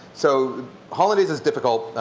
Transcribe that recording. so hollandaise is difficult,